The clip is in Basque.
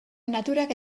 naturak